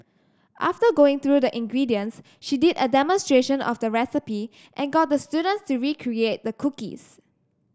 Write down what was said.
after going through the ingredients she did a demonstration of the recipe and got the students to recreate the cookies